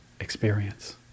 experience